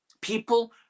People